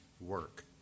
work